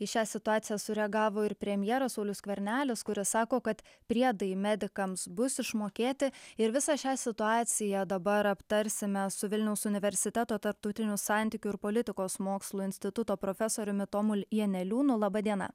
į šią situaciją sureagavo ir premjeras saulius skvernelis kuris sako kad priedai medikams bus išmokėti ir visą šią situaciją dabar aptarsime su vilniaus universiteto tarptautinių santykių ir politikos mokslų instituto profesoriumi tomu janeliūnu laba diena